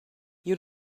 you